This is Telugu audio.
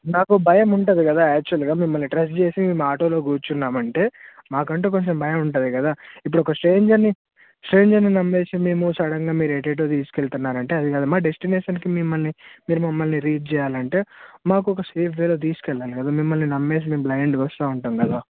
నాకు భయం ఉంటుంది కదా యాక్చువల్గా మిమ్మల్ని ట్రస్ట్ చేసి మేము ఆటోలో కూర్చున్నామంటే మాకంటూ కొంచెం భయం ఉంటుంది కదా ఇప్పుడొక స్ట్రేంజర్ని స్ట్రేంజర్ని నమ్మేసి మేము సడన్గా మీరు ఎటెటో తీసుకెళ్తున్నారంటే అది కాదు మా డెస్టినేషన్కి మిమ్మల్ని మీరు మమ్మల్ని రీచ్ చేయాలంటే మాకు ఒక సేఫ్వేలో తీసుకెళ్ళాలి కదా మిమ్మల్ని నమ్మేసి మేము బ్లైండ్గా వస్తూ ఉంటాం కదా